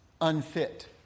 unfit